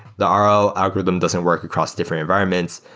the um rl algorithm doesn't work across different environments,